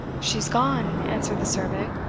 she's gone, answered the servant.